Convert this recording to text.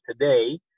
today